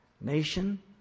nation